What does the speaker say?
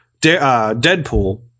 Deadpool